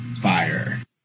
Fire